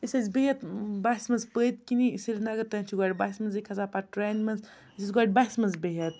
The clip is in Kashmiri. أسۍ ٲسۍ بِہِتھ بَسہِ منٛز پٔتھۍ کِنی سرینگر تانۍ چھِ گۄڈٕ بَسہِ منٛزٕے کھَسان پَتہٕ ٹرٛینہِ منٛز أسۍ ٲسۍ گۄڈٕ بَسہِ منٛز بِہِتہ